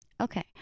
Okay